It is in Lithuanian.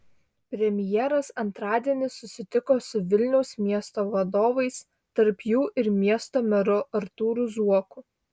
premjeras antradienį susitiko su vilniaus miesto vadovais tarp jų ir miesto meru artūru zuoku